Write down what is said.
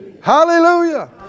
Hallelujah